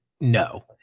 no